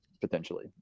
potentially